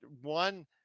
one